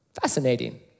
Fascinating